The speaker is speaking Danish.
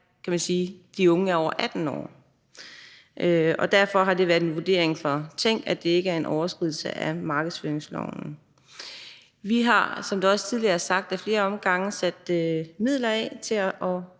det her, når de unge er over 18 år. Derfor har det været Tænks vurdering, at det ikke er en overskridelse af markedsføringsloven. Vi har, som det også tidligere er sagt, ad flere omgange sat midler af til at